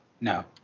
No